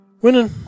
Winning